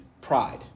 pride